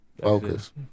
Focus